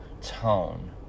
tone